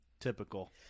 Typical